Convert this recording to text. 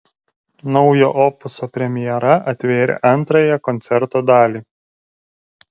naujo opuso premjera atvėrė antrąją koncerto dalį